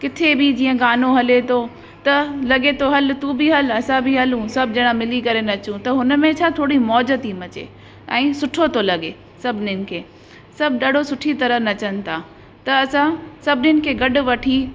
किथे बि जीअं गानो हले थो त लॻे थो हल तुम बि हल असां बि हलूं सभु जणा मिली करे नचूं त हुन में छा थोरी मौज थी मचे ऐं सुठो थो लॻे सभिनीनि खे सभु ॾाढो सुठी तरह नचनि था त असां सभिनीनि खे गॾु वठी